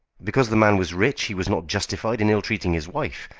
because the man was rich he was not justified in ill-treating his wife.